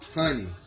honey